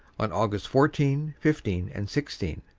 on aug. fourteen, fifteen and sixteen,